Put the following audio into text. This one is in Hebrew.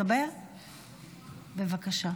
בבקשה.